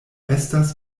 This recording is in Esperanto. estas